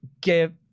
give